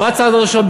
מה הצעד הראשון?